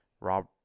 Rob